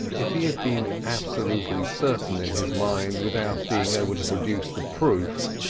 if he had been absolutely certain in his mind without being able to produce the proof,